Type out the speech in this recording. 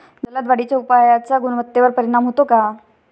जलद वाढीच्या उपायाचा गुणवत्तेवर परिणाम होतो का?